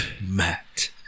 Matt